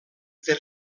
fer